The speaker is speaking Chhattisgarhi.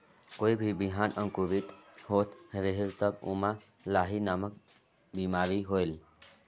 कोई भी बिहान अंकुरित होत रेहेल तब ओमा लाही नामक बिमारी होयल?